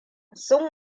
sun